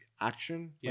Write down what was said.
action